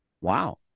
Wow